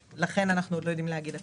לכן אנחנו עוד לא יודעים להגיד הכל.